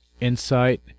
insight